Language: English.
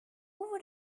would